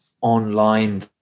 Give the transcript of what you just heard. online